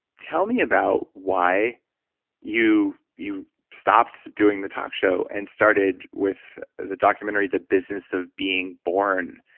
tell me about why you you stopped doing the talk show and started with the documentary, the business of being born,